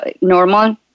normal